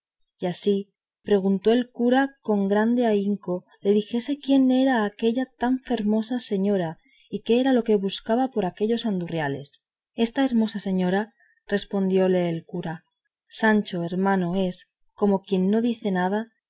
y así preguntó al cura con grande ahínco le dijese quién era aquella tan fermosa señora y qué era lo que buscaba por aquellos andurriales esta hermosa señora respondió el cura sancho hermano es como quien no dice nada